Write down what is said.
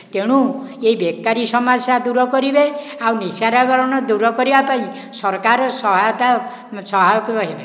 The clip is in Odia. ତେଣୁ ଏହି ବେକାରୀ ସମାସ୍ୟା ଦୂର କରିବେ ଆଉ ନିଶା ନିବାରଣ ଦୂର କରିବା ପାଇଁ ସରକାର ସହାୟତା ସହାୟକ ରହିବେ